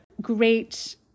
great